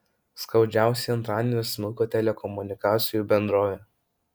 skaudžiausiai antradienį smuko telekomunikacijų bendrovė